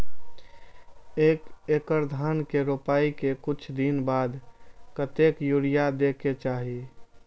एक एकड़ धान के रोपाई के कुछ दिन बाद कतेक यूरिया दे के चाही?